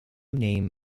name